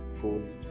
food